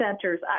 centers